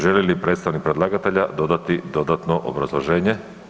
Želi li predstavnik predlagatelja dodati dodatno obrazloženje?